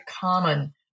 common